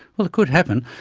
well, it could happen.